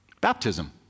Baptism